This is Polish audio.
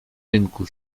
rynku